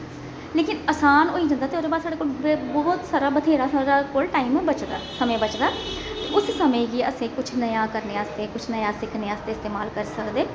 लेकिन असान होई जंदा ते ओह्दे बाद साढ़े कोल बहुत सारा बत्थेरा साढ़े कोल टाइम बचदा समें बचदा उस समें गी असें कुछ नया करने आस्तै कुछ नया सिक्खने आस्तै इस्तमाल करी सकदे